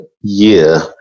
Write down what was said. year